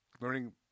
learning